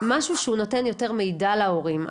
משהו שהוא נותן יותר מידע להורים.